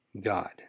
God